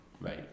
right